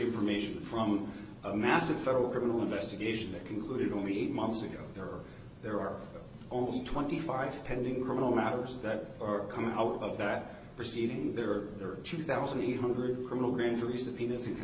information from a massive federal criminal investigation that concluded only eight months ago there are almost twenty five pending criminal matters that are coming out of that proceeding there are two thousand eight hundred criminal grand jury subpoenas you can